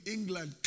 England